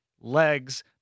legs